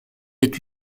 est